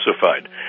classified